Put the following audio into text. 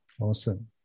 Awesome